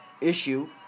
issue